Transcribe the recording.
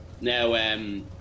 Now